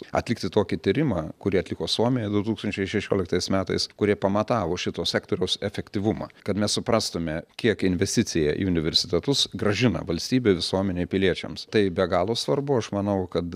atlikti tokį tyrimą kurį atliko suomiai du tūkstančiai šešioliktais metais kurie pamatavo šito sektoriaus efektyvumą kad mes suprastume kiek investicija į universitetus grąžina valstybei visuomenei piliečiams tai be galo svarbu aš manau kad